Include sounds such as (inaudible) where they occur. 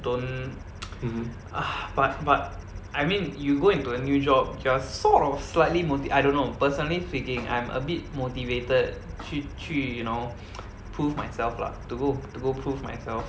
don't (noise) ah but I mean you go into a new job you're sort of slightly moti~ I don't know personally speaking I'm a bit motivated 去去 you know prove myself lah to go to go prove myself